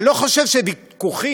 אני לא חושב שוויכוחים,